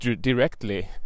directly